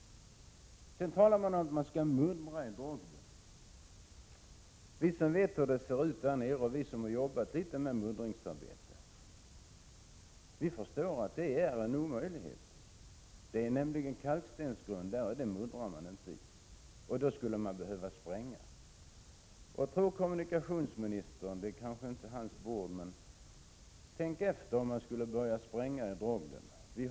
Sedan talas det om att man skall muddra i Drogden. Vi som har jobbat litet med muddringsarbete och vet hur det ser ut där nere förstår att det är en omöjlighet. Det är nämligen kalkstensgrund där, och den muddrar man inte. I så fall skulle man behöva spränga. Det är kanske inte kommunikationsministerns bord, men tänk efter vad som skulle kunna hända om man började spränga i Drogden.